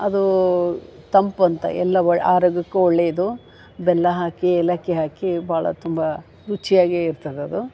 ಅದು ತಂಪು ಅಂತ ಎಲ್ಲ ಒಳ್ಳೆ ಆರೋಗ್ಯಕ್ಕೂ ಒಳ್ಳೆಯದು ಬೆಲ್ಲ ಹಾಕಿ ಏಲಕ್ಕಿ ಹಾಕಿ ಭಾಳ ತುಂಬ ರುಚಿಯಾಗಿ ಇರ್ತದೆ ಅದು